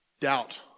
Doubt